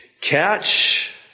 Catch